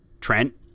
Trent